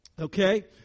Okay